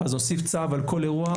אז להוסיף צו על כל אירוע,